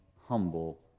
humble